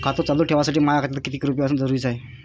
खातं चालू ठेवासाठी माया खात्यात कितीक रुपये असनं जरुरीच हाय?